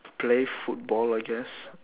play football I guess